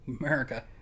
America